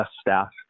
staff